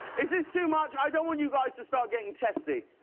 is this too much. i don't want you guys to start getting testy.